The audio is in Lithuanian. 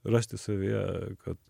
rasti savyje kad